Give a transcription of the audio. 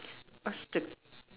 what's the